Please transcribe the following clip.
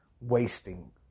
wasting